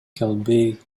келбей